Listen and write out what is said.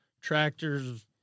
tractors